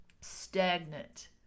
stagnant